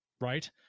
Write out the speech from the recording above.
Right